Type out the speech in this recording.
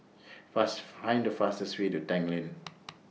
fast Find The fastest Way to Tanglin